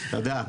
תודה לך,